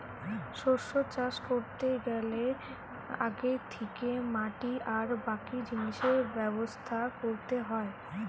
শস্য চাষ কোরতে গ্যালে আগে থিকে মাটি আর বাকি জিনিসের ব্যবস্থা কোরতে হয়